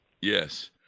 Yes